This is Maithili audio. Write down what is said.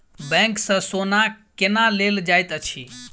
बैंक सँ सोना केना लेल जाइत अछि